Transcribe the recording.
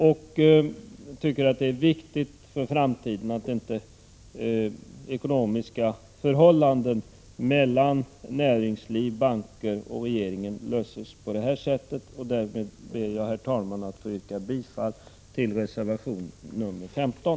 Jag tycker att det är viktigt för framtiden att inte ekonomiska förhållanden mellan näringsliv, banker och regeringen löses på det här sättet. Därmed ber jag, herr talman, att få yrka bifall till reservation 15.